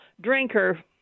drinker